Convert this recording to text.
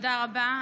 תודה רבה.